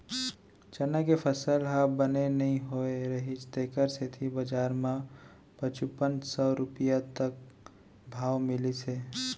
चना के फसल ह बने नइ होए रहिस तेखर सेती बजार म पचुपन सव रूपिया तक भाव मिलिस हे